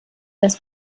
das